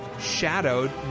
shadowed